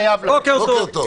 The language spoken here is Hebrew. בוקר טוב.